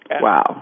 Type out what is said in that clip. Wow